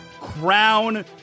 Crown